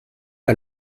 pas